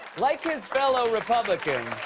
like his fellow republicans.